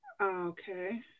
Okay